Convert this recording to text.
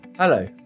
Hello